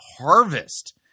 Harvest